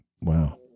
Wow